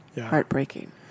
heartbreaking